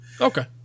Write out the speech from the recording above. okay